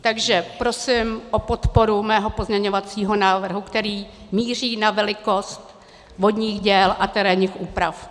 Takže prosím o podporu mého pozměňovacího návrhu, který míří na velikost vodních děl a terénních úprav.